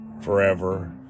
forever